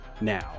now